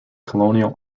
colonial